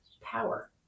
power